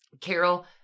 Carol